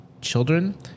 children